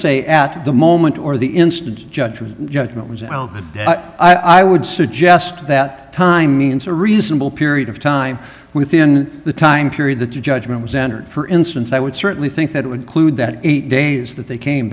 say at the moment or the instant judge was judgment was out but i would suggest that time means a reasonable period of time within the time period that the judgment was entered for instance i would certainly think that it would clue that eight days that they came